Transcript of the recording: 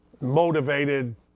motivated